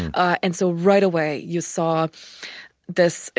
and so right away you saw this,